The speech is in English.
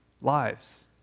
lives